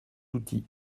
outil